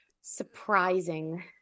surprising